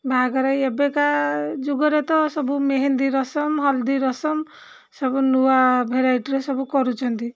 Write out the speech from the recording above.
ବାହାଘର ଏବେକା ଯୁଗରେ ତ ସବୁ ମେହେନ୍ଦି ରସମ ହଳଦୀ ରସମ ସବୁ ନୂଆ ଭେରାଇଟିରେ ସବୁ କରୁଛନ୍ତି